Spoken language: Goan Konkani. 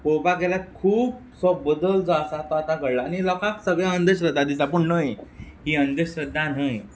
पळोवपाक गेल्या खुबसो बदल जो आसा तो आतां घडला आनी लोकाक सगळें अंधश्रद्धा दिसता पूण णय ही अंधश्रद्धा न्हय